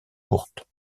courtes